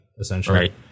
essentially